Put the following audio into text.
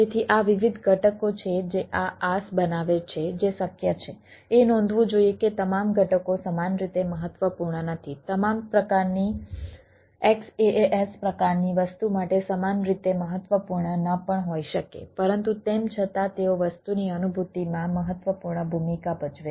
તેથી આ વિવિધ ઘટકો છે જે આ IaaS બનાવે છે જે શક્ય છે એ નોંધવું જોઇએ કે તમામ ઘટકો સમાન રીતે મહત્વપૂર્ણ નથી તમામ પ્રકારની XaaS પ્રકારની વસ્તુ માટે સમાન રીતે મહત્વપૂર્ણ ન પણ હોઈ શકે પરંતુ તેમ છતાં તેઓ વસ્તુની અનુભૂતિમાં મહત્વપૂર્ણ ભૂમિકા ભજવે છે